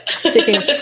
Taking